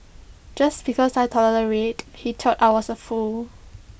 just because I tolerated he thought I was A fool